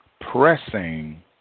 Pressing